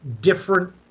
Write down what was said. different